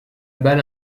balle